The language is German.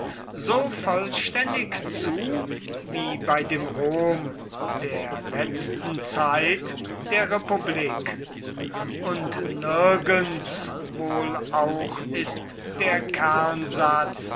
so vollständig zu wie bei dem rom der letzten zeit der republik und nirgends wohl auch ist der